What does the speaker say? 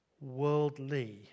worldly